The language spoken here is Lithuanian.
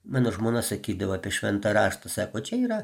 mano žmona sakydavo apie šventą raštą sako čia yra